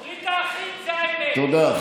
חבר הכנסת גפני, תודה.